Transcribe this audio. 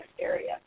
area